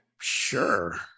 Sure